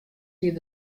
hie